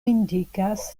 indikas